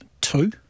Two